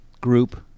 Group